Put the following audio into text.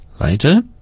Later